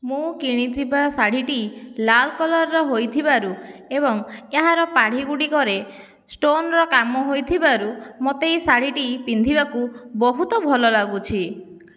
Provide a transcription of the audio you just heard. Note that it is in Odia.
ମୁଁ କିଣିଥିବା ଶାଢ଼ୀଟି ଲାଲ କଲର୍ର ହୋଇଥିବାରୁ ଏବଂ ଏହାର ପାଢ଼ୀ ଗୁଡ଼ିକରେ ଷ୍ଟୋନର କାମ ହୋଇଥିବାରୁ ମୋତେ ଏହି ଶାଢ଼ୀଟି ପିନ୍ଧିବାକୁ ବହୁତ ଭଲ ଲାଗୁଛି